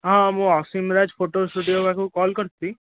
ହଁ ମୁଁ Asim Raj photo studio ପାଖକୁ କଲ୍ କରିଛି